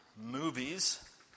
movies